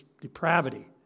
depravity